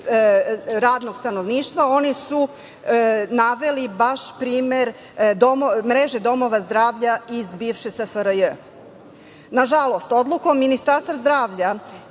radnog stanovništva oni su naveli baš primer mreže domova zdravlja iz bivše SFRJ.Nažalost, odlukom Ministarstva zdravlja